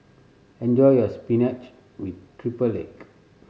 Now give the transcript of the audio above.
enjoy your spinach with triple egg